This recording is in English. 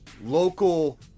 local